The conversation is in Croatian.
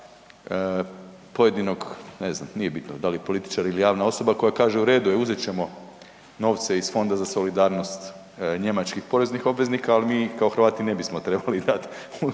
pojedinog ne znam, nije bitno, dali je političar ili javna osoba koja kaže u redu je, uzet ćemo novce iz Fonda za solidarnost njemačkih poreznih obveznika ali mi kao Hrvati ne bismo trebali dat